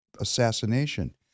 assassination